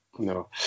No